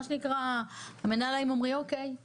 המעסיקים אומרים: אוקיי,